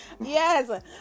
Yes